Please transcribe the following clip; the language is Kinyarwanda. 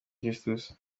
christus